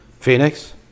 Phoenix